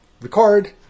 Record